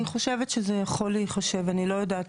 אני חושבת שזה יכול להיחשב אני לא יודעת,